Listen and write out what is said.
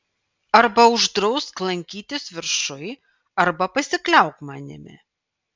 arba uždrausk lankytis viršuj arba pasikliauk manimi